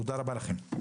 תודה רבה לכם.